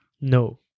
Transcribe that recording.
No